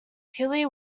hilly